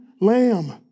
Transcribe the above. lamb